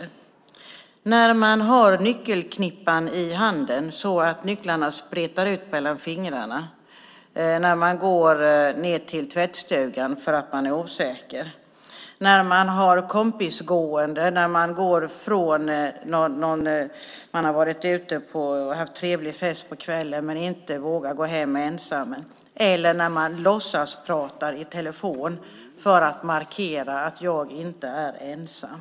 När man går ned i tvättstugan har man nyckelknippan i handen så att nycklarna spretar ut mellan fingrarna för att man är osäker. Man har kompisgående när man har varit ute och haft det trevligt på kvällen men inte vågar gå hem ensam. Man låtsaspratar i telefon för att markera att man inte är ensam.